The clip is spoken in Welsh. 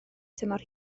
tymor